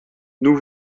nous